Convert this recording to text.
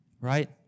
Right